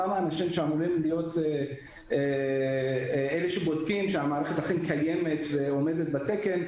אותם אנשים שאמורים להיות אלה שבודקים שהמערכת אכן קיימת ועומדת בתקן,